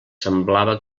semblava